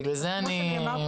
כמו שנאמר,